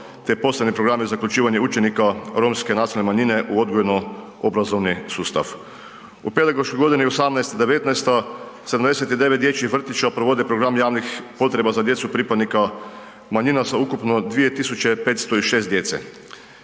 te posebni programi za uključivanje učenika romske nacionalne manjine u odgojno obrazovni sustav. U pedagoškoj godini 2018.-2019. 79 dječjih vrtića provode program javnih potreba za djecu pripadnika manjina za ukupno 2.506 djece.